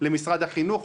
למשרד החינוך.